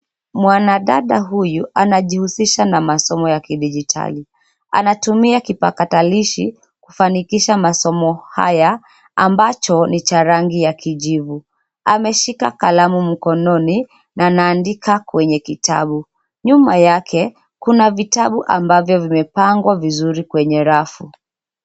Mwanadada huyu anajihusisha na masomo ya kidijitali. Anatumia kipakatalishi kufanikisha masomo haya ambacho ni cha rangi ya kijivu. Ameshika kalamu mkononi na anaandika kwenye kitabu. Nyuma yake kuna vitabu ambavyo vimepangwa vizuri kwenye rafu.